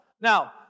Now